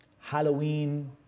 Halloween